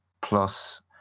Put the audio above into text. plus